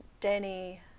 danny